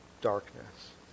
darkness